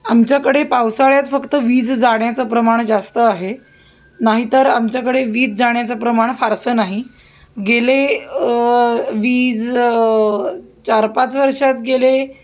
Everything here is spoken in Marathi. आमच्याकडे पावसाळ्यात फक्त वीज जाण्याचं प्रमाण जास्त आहे नाही तर आमच्याकडे वीज जाण्याचं प्रमाण फारसं नाही गेले वीज चार पाच वर्षात गेले